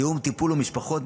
תיאום טיפול ומשפחות,